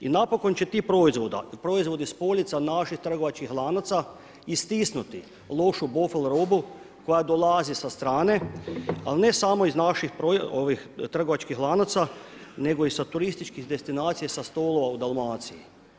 I napokon će ti proizvodi s polica naših trgovačkih lanaca istisnuti lošu boful robu koja dolazi sa strane ali ne samo iz naših trgovačkih lanaca nego i sa turističkih destinacija sa stolova u Dalmaciji.